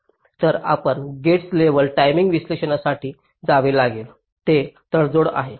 तर आपणास gate level timing विश्लेषणासाठी जावे लागेल जे तडजोड आहे